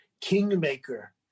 kingmaker